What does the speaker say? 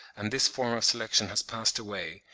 and this form of selection has passed away,